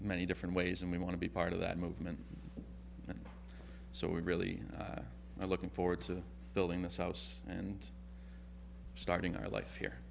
many different ways and we want to be part of that movement so we really are looking forward to building this house and starting our life